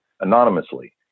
anonymously